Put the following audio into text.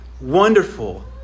wonderful